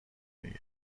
دیگه